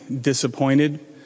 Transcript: disappointed